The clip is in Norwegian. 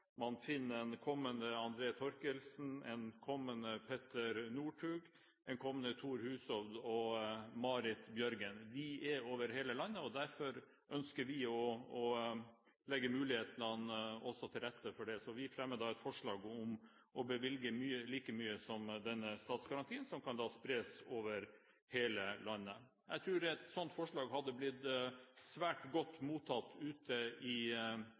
Man finner en kommende Andreas Thorkildsen, en kommende Petter Northug, en kommende Thor Hushovd og en kommende Marit Bjørgen. De er i hele landet, og derfor ønsker vi å legge mulighetene til rette også for det. Så vi fremmer et forslag om å bevilge like mye midler som denne statsgarantien, som da kan spres over hele landet. Jeg tror et sånt forslag hadde blitt svært godt mottatt ute i